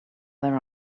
their